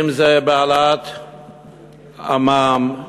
אם בהעלאת המע"מ,